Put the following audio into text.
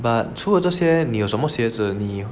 but 除了这些你有什么鞋子你